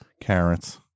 Carrots